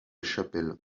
chapelle